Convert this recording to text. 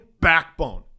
backbone